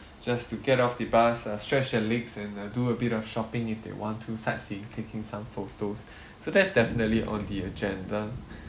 just to get off the bus uh stretch their legs and uh do a bit of shopping if they want to sightseeing taking some photos so that's definitely on the agenda